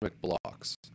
blocks